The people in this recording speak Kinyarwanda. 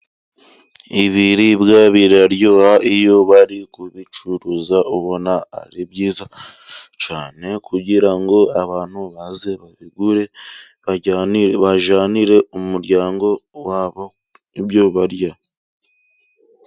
Ibiribwa biraryoha iyo bari kubicuruza ubona ari byiza cyane ,kugira ngo abantu baze babigure ,bajyanire umuryango wabo ibyo barya.